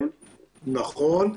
נכון?